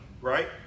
right